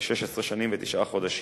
ל-16 שנים ותשעה חודשים,